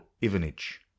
Ivanich